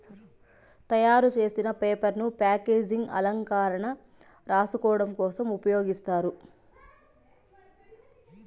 తయారు చేసిన పేపర్ ను ప్యాకేజింగ్, అలంకరణ, రాసుకోడం కోసం ఉపయోగిస్తారు